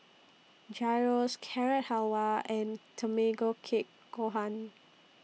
Gyros Carrot Halwa and Tamago Kake Gohan